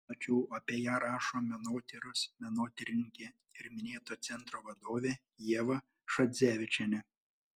plačiau apie ją rašo menotyros menotyrininkė ir minėto centro vadovė ieva šadzevičienė